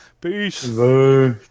peace